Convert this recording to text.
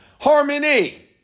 Harmony